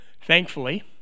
Thankfully